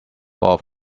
off